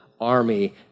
army